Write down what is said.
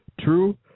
true